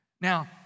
Now